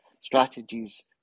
strategies